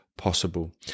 possible